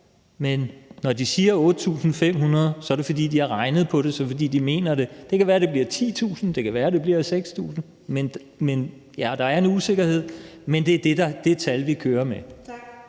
men når de siger 8.500, er det, fordi de har regnet på det, og så er det, fordi de mener det. Det kan være, det bliver 10.000, det kan være, det bliver 6.000. Ja, der er en usikkerhed, men det er det tal, vi kører med.